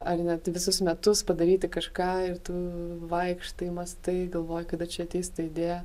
ar net visus metus padaryti kažką ir tu vaikštai mąstai galvoji kada čia ateis ta idėja